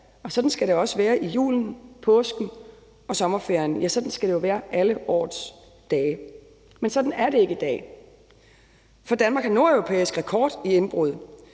og sådan skal det også være i julen, påsken og sommerferien. Ja, sådan skal det jo være alle årets dage. Men sådan er det ikke i dag, for Danmark har nordeuropæisk rekord i indbrud,